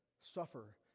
suffer